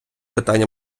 питання